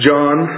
John